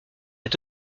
est